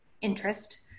interest